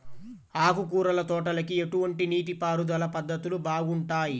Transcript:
ఆకుకూరల తోటలకి ఎటువంటి నీటిపారుదల పద్ధతులు బాగుంటాయ్?